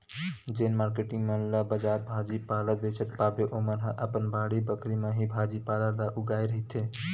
जेन मारकेटिंग मन ला बजार भाजी पाला बेंचत पाबे ओमन ह अपन बाड़ी बखरी म ही भाजी पाला ल उगाए रहिथे